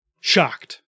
shocked